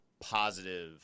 positive